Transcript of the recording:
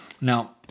now